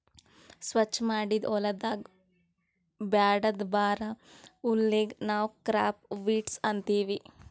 ಸ್ವಚ್ ಮಾಡಿದ್ ಹೊಲದಾಗ್ ಬ್ಯಾಡದ್ ಬರಾ ಹುಲ್ಲಿಗ್ ನಾವ್ ಕ್ರಾಪ್ ವೀಡ್ಸ್ ಅಂತೀವಿ